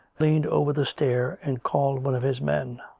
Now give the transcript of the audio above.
leaned over the stair and called one of his men.